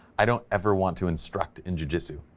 i don't ever want to instruct in jiu-jitsu.